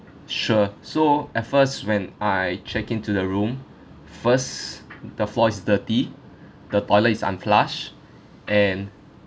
sure so at first when I check in to the room first the floor is dirty the toilet is unflush and